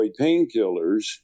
painkillers